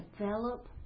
develop